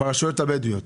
ברשויות הבדואיות.